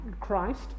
Christ